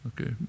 Okay